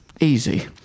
Easy